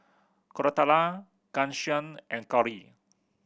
Koratala Ghanshyam and Gauri